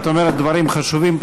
את אומרת דברים חשובים.